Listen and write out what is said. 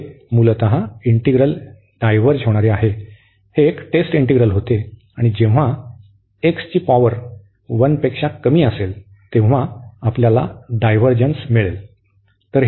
तर हे मूलत हे इंटीग्रल डायव्हर्ज करते कारण हे एक टेस्ट इंटीग्रल होते आणि जेव्हा या x ची पॉवर 1 पेक्षा कमी असेल तेव्हा आमच्याकडे डायव्हर्जन्स मिळेल